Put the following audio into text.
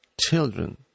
children